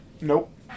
Nope